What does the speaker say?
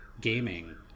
gaming